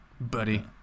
Buddy